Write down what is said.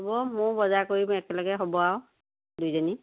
হ'ব মোৰো বজাৰ কৰিম একেলগে হ'ব আৰু দুইজনী